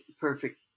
perfect